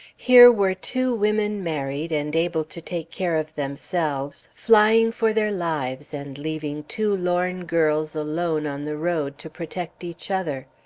here were two women married, and able to take care of themselves, flying for their lives and leaving two lorn girls alone on the road, to protect each other!